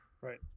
Right